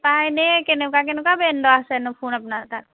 পাই নে কেনেকুৱা কেনেকুৱা ব্ৰেণ্ড আছেনো ফোন আপোনাৰ তাত